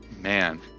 man